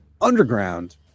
underground